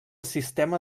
sistema